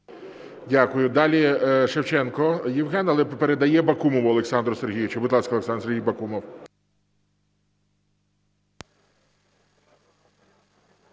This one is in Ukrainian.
Дякую. Далі Шевченко Євген, але передає Бакумову Олександру Сергійовичу.